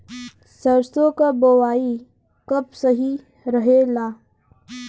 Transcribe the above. सरसों क बुवाई कब सही रहेला?